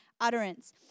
utterance